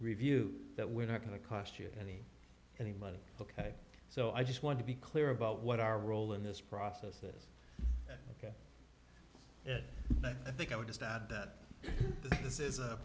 review that we're not going to cost you any any money ok so i just want to be clear about what our role in this process is ok but i think i would just add that this is